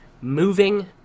moving